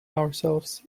ourselves